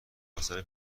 آسانی